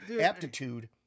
aptitude